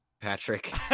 Patrick